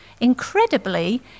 Incredibly